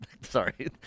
Sorry